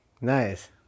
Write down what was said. nice